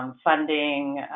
um funding,